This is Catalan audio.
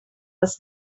les